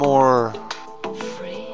more